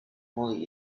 molly